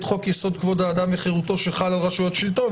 חוק-יסוד: כבוד האדם וחירותו שחל על רשויות שלטון.